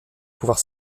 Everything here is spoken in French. pouvoir